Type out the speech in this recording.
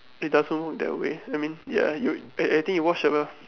it doesn't work that way I mean ya you I I think you watch that well